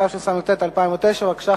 התשס"ט 2009. בבקשה,